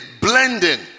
blending